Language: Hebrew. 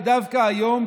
ודווקא היום,